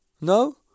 No